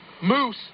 Moose